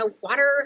water